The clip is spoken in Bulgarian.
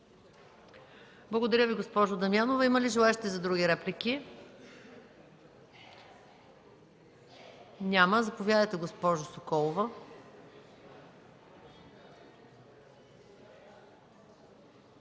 Благодаря Ви, госпожо Дамянова. Има ли желаещи за други реплики? Няма. Заповядайте, госпожо Соколова.